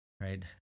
right